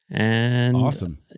Awesome